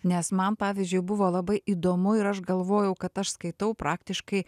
nes man pavyzdžiui buvo labai įdomu ir aš galvojau kad aš skaitau praktiškai